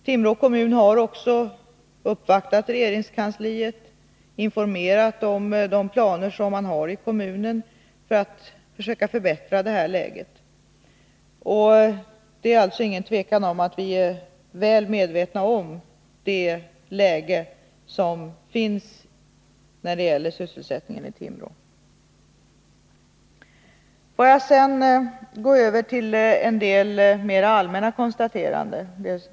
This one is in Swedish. Timrå kommun har också uppvaktat regeringskansliet och informerat om de planer som man har i kommunen för att försöka förbättra detta läge. Det råder alltså inget tvivel om att vi är väl medvetna om läget när det gäller sysselsättningen i Timrå. Får jag sedan gå över till en del mera allmänna konstateranden.